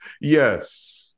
yes